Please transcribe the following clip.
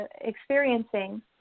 experiencing